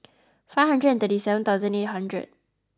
five hundred and thirty seven thousand eight hundred